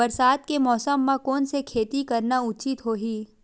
बरसात के मौसम म कोन से खेती करना उचित होही?